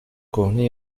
کهنه